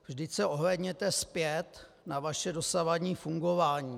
Vždyť se ohlédněte zpět na vaše dosavadní fungování.